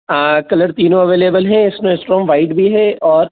colour तीनों available है इसमें स्ट्रांग वाइट भी है और